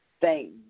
thank